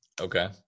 Okay